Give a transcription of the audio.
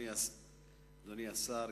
אדוני השר,